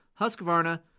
Husqvarna